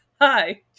Hi